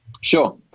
Sure